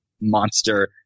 monster